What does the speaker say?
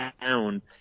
town